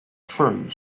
true